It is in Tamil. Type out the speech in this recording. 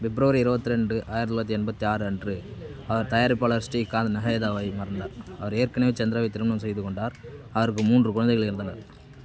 பிப்ரவரி இருபத்ரெண்டு ஆயிரத்து தொள்ளாயிரத்து எண்பத்தி ஆறு அன்று அவர் தயாரிப்பாளர் ஸ்ரீகாந்த் நஹேதாவை மணந்தார் அவர் ஏற்கனவே சந்திராவை திருமணம் செய்து கொண்டார் அவருக்கு மூன்று குழந்தைகள் இருந்தனர்